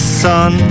sun